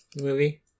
movie